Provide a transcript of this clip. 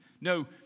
No